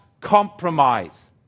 compromise